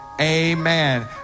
amen